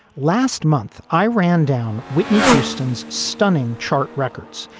last month, i ran down whitney houston's stunning chart records,